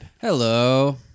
Hello